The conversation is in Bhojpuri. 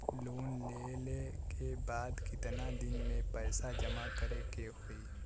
लोन लेले के बाद कितना दिन में पैसा जमा करे के होई?